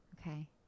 okay